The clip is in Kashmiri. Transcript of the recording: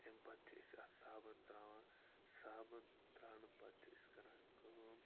اَمہِ پَتہٕ چھِ أسۍ اَتھ صابَن ترٛاوان صابَن ترٛاونہٕ پَتہٕ چھِ أسۍ کَران کٲم